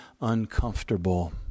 uncomfortable